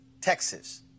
Texas